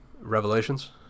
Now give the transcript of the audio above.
Revelations